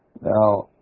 Now